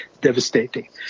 devastating